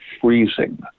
freezing